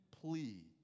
plea